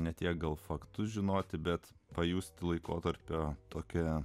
ne tiek gal faktus žinoti bet pajusti laikotarpio tokią